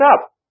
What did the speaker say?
up